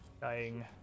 Dying